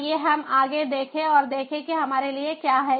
आइए हम आगे देखें और देखें कि हमारे लिए क्या है